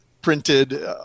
printed